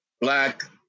black